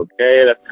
okay